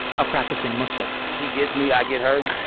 a practicing muslim she gets me. i get her.